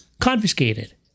confiscated